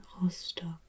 Rostock